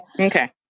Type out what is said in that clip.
Okay